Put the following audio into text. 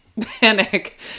panic